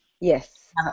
Yes